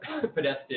Podesta